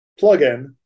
plugin